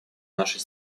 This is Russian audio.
нашей